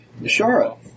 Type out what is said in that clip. Nishara